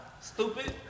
Stupid